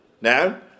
Now